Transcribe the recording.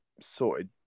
sorted